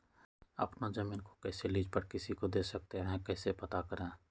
अपना जमीन को कैसे लीज पर किसी को दे सकते है कैसे पता करें?